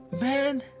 man